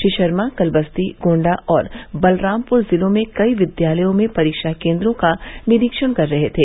श्री शर्मा कल बस्ती गोण्डा और बलरामपुर जिलों में कई विद्यालयों में परीक्षा केन्द्रों का निरीक्षण कर रहे थे